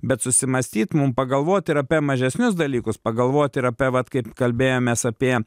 bet susimąstyt mum pagalvot ir apie mažesnius dalykus pagalvot ir apie vat kaip kalbėjomės apie